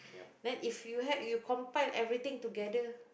then if you had you combine everything together